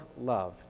love